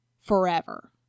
forever